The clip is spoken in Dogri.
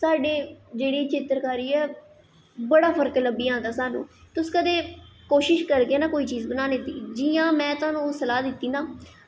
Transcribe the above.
साढ़े जेह्ड़ी चित्तरकारी ऐ बड़ा फर्क लब्भी जंदा सानूं तुस कदें कोशिश करगे ना कोई चीज़ बनाने दी जि'यां में थाह्नूं सलाह् दित्ती ना